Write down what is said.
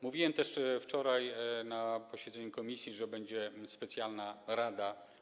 Mówiłem też wczoraj na posiedzeniu komisji, że będzie specjalna rada.